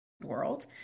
world